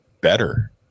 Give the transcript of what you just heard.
better